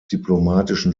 diplomatischen